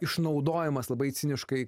išnaudojamas labai ciniškai